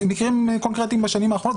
מקרים קונקרטיים בשנים האחרונות.